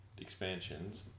expansions